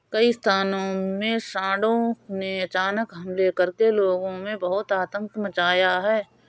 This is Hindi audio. कई स्थानों में सांडों ने अचानक हमले करके लोगों में बहुत आतंक मचाया है